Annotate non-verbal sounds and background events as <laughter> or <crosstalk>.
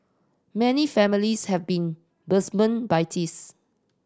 many families have been <unintelligible> by <unintelligible>